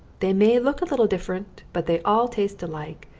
they may look a little different, but they all taste alike,